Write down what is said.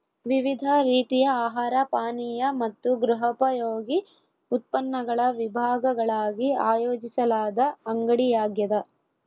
ವಿವಿಧ ರೀತಿಯ ಆಹಾರ ಪಾನೀಯ ಮತ್ತು ಗೃಹೋಪಯೋಗಿ ಉತ್ಪನ್ನಗಳ ವಿಭಾಗಗಳಾಗಿ ಆಯೋಜಿಸಲಾದ ಅಂಗಡಿಯಾಗ್ಯದ